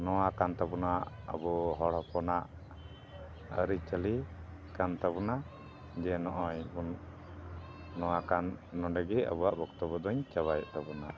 ᱱᱚᱣᱟ ᱠᱟᱱ ᱛᱟᱵᱚᱱᱟ ᱟᱵᱚ ᱦᱚᱲ ᱦᱚᱯᱚᱱᱟᱜ ᱟᱹᱨᱤᱪᱟᱹᱞᱤ ᱠᱟᱱ ᱛᱟᱵᱚᱱᱟ ᱡᱮ ᱱᱚᱜᱼᱚᱭ ᱵᱚᱱ ᱱᱚᱣᱟ ᱠᱟᱱ ᱱᱚᱸᱰᱮᱜᱮ ᱟᱵᱚᱣᱟᱜ ᱵᱚᱠᱛᱚᱵᱚ ᱫᱚᱧ ᱪᱟᱵᱟᱭᱮᱫ ᱛᱟᱵᱚᱱᱟ